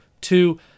two